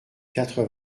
quatre